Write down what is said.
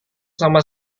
sama